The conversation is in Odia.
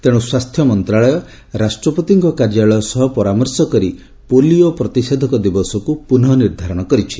ତେଣୁ ସ୍ୱାସ୍ଥ୍ୟ ମନ୍ତ୍ରଣାଳୟ ରାଷ୍ଟ୍ରପତିଙ୍କ କାର୍ଯ୍ୟାଳୟ ସହ ପରାମର୍ଶ କରି ପୋଲିଓ ପ୍ରତିଷେଧକ ଦିବସକୁ ପୁନଃ ନିର୍ଦ୍ଧାରଣ କରିଛି